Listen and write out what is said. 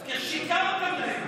כי שיקרתם להם.